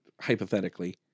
hypothetically